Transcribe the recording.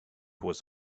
was